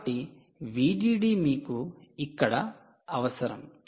కాబట్టి 'VDD' మీకు ఇక్కడ అవసరం